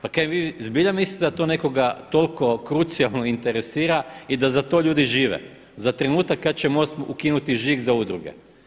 Pa kaj vi zbilja mislite da to nekoga toliko krucijalno interesira i da za to ljudi žive, za trenutak kada će MOST ukinuti žig za udruge?